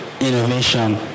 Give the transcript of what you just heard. innovation